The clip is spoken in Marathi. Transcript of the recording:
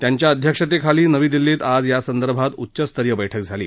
त्यांच्या अध्यक्षेतखाली नवी दिल्लीत आज यासंदर्भात उच्च स्तरीय बैठक झाली